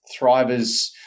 thrivers